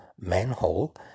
manhole